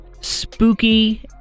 spooky